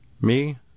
Me